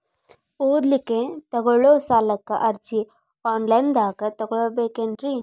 ಓದಲಿಕ್ಕೆ ತಗೊಳ್ಳೋ ಸಾಲದ ಅರ್ಜಿ ಆನ್ಲೈನ್ದಾಗ ತಗೊಬೇಕೇನ್ರಿ?